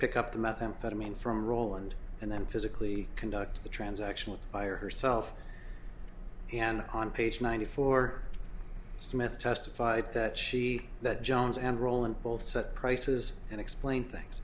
pick up the methamphetamine from roland and then physically conduct the transaction by herself and on page ninety four smith testified that she that jones and rowland both set prices and explain things